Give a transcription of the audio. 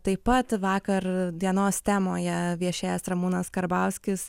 taip pat vakar dienos temoje viešėjęs ramūnas karbauskis